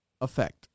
effect